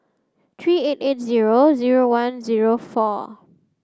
three eight eight zero zero one zero four